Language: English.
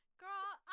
girl